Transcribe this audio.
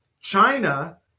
China